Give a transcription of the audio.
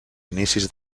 inicis